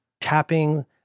tapping